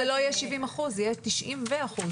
זה לא יהיה 70 אחוזים אלא אלה יהיו 90 ו- אחוזים.